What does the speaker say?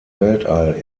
weltall